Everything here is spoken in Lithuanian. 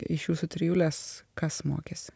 iš jūsų trijulės kas mokėsi